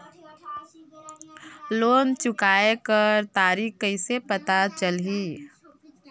Loan चुकाय कर तारीक कइसे पता चलही?